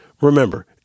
remember